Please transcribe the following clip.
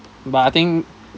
but I think